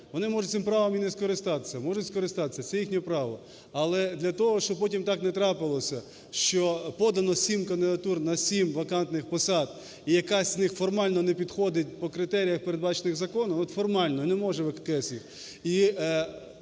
можуть скористатися. Це їхнє право. Але для того, щоб потім так не трапилося, що подано сім кандидатур на сім вакантних посад і якась з них формально не підходить по критеріях, передбачених законом, от формально, не може ВККС їх.